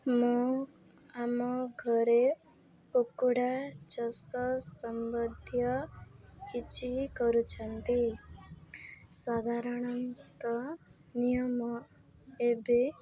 ମୁଁ ଆମ ଘରେ କୁକୁଡ଼ା ଚାଷ ସମ୍ବଧୀୟ କିଛି କରୁଛନ୍ତି ସାଧାରଣତଃ ନିୟମ ଏବେ